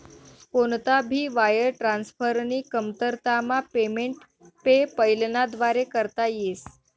कोणता भी वायर ट्रान्सफरनी कमतरतामा पेमेंट पेपैलना व्दारे करता येस